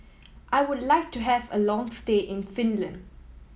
I would like to have a long stay in Finland